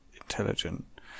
intelligent